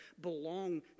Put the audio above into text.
belong